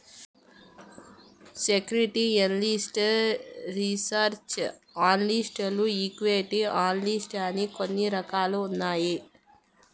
security analyst research analyst equity analyst అని కొన్ని రకాలు ఉన్నాయి